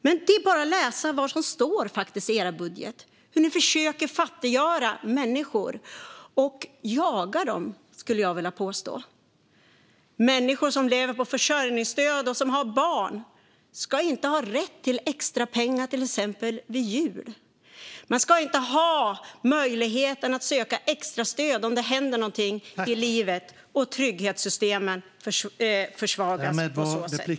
Det är bara att läsa vad som står i er budget om hur ni försöker fattiggöra människor och jaga dem, skulle jag vilja påstå. Människor som lever på försörjningsstöd och som har barn ska inte ha rätt till extra pengar till exempel vid jul. Man ska inte ha möjlighet att söka extrastöd om det händer någonting i livet. Trygghetssystemen försvagas på så sätt.